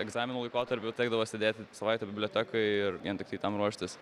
egzaminų laikotarpiu tekdavo sėdėti savaitę bibliotekoj ir vien tiktai tam ruoštis